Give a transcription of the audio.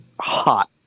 hot